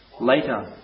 Later